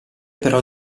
però